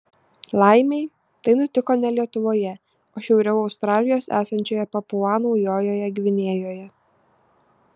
laimei tai nutiko ne lietuvoje o šiauriau australijos esančioje papua naujojoje gvinėjoje